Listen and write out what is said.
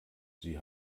sie